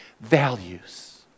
Values